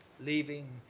leaving